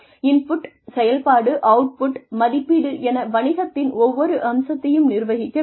input செயல்பாடு output மதிப்பீடு என வணிகத்தின் ஒவ்வொரு அம்சத்தையும் நிர்வகிக்க வேண்டும்